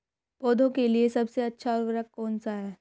पौधों के लिए सबसे अच्छा उर्वरक कौन सा है?